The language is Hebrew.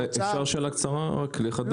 אפשר שאלה קצרה לחדד?